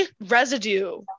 residue